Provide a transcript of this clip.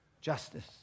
justice